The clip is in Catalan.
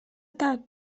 tard